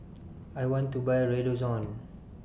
I want to Buy Redoxon